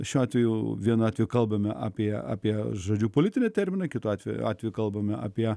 šiuo atveju vienatvė kalbame apie apie žodžiu politinį terminą kitu atveju atveju kalbame apie